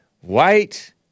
white